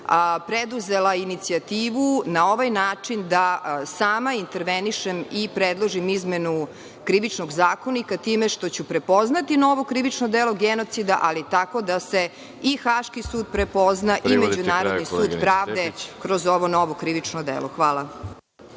preduzela inicijativu da na ovaj način sama intervenišem i predložim izmenu Krivičnog zakonika time što ću prepoznati novo krivično delo genocida, ali tako da se i Haški sud prepozna i Međunarodni sud pravde kroz ovo novo krivično delo. Hvala.